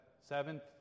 Seventh